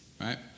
right